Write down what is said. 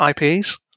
IPs